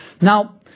Now